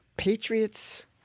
Patriots